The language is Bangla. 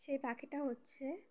সেই পাখিটা হচ্ছে